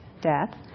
death